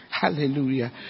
Hallelujah